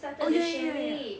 orh ya ya ya